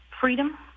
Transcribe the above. freedom